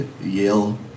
Yale